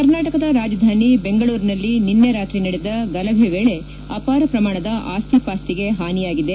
ಕರ್ನಾಟಕದ ರಾಜಧಾನಿ ಬೆಂಗಳೂರಿನಲ್ಲಿ ನಿನ್ನೆ ರಾತ್ರಿ ನಡೆದ ಗಲಭೆ ವೇಳೆ ಅಪಾರ ಪ್ರಮಾಣದ ಆಸ್ತಿ ಪಾಸ್ತಿಗೆ ಹಾನಿಯಾಗಿದೆ